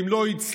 אם לא הצלחת,